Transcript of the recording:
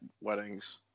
weddings